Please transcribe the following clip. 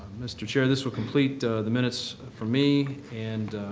mr. chair, this will complete the minutes for me. and,